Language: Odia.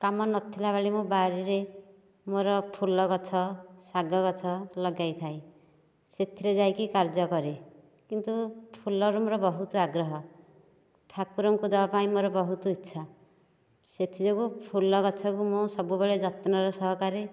କାମ ନଥିଲାବେଳେ ମୁଁ ବାରିରେ ମୋ'ର ଫୁଲଗଛ ଶାଗଗଛ ଲଗାଇଥାଏ ସେଥିରେ ଯାଇକି କାର୍ଯ୍ୟ କରେ କିନ୍ତୁ ଫୁଲରେ ମୋ'ର ବହୁତ ଆଗ୍ରହ ଠାକୁରଙ୍କୁ ଦେବାପାଇଁ ମୋର ବହୁତ ଇଚ୍ଛା ସେଥିଯୋଗୁ ଫୁଲଗଛକୁ ମୁଁ ସବୁବେଳେ ଯତ୍ନର ସହକାରେ